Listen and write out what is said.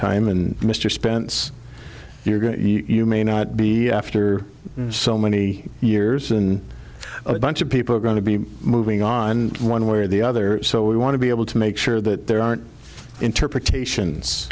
time and mr spence you're going you may not be after so many years and a bunch of people are going to be moving on one way or the other so we want to be able to make sure that there aren't interpretations